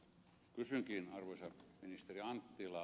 kysynkin arvoisa ministeri anttila